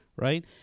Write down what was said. right